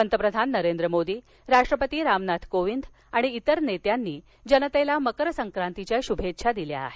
पंतप्रधान नरेंद्र मोदी राष्ट्रपती रामनाथ कोविंद आणि इतर नेत्यांनी जनतेला मकर संक्रांतीच्या शुभेच्छा दिल्या आहेत